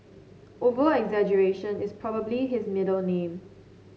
over exaggeration is probably his middle name